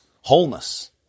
wholeness